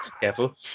Careful